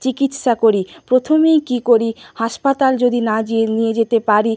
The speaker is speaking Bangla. চিকিৎসা করি প্রথমেই কী করি হাসপাতাল যদি না নিয়ে যেতে পারি